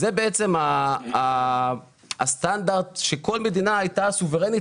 זה בעצם הסטנדרט שכל מדינה היתה סוברנית